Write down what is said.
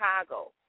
Chicago